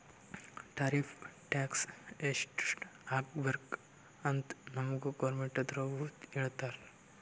tariff tax ಎಸ್ಟ್ ಹಾಕಬೇಕ್ ಅಂತ್ ನಮ್ಗ್ ಗೌರ್ಮೆಂಟದವ್ರು ಹೇಳ್ತರ್